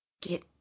Get